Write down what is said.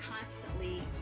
constantly